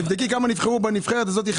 תבדקי כמה חרדים נבחרו בנבחרת הזאת.